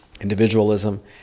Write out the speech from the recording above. individualism